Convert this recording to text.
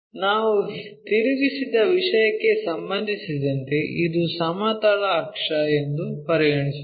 ನಾವು ತಿರುಗಿಸಿದ ವಿಷಯಕ್ಕೆ ಸಂಬಂಧಿಸಿದಂತೆ ಇದು ಸಮತಲ ಅಕ್ಷ ಎಂದು ಪರಿಗಣಿಸೋಣ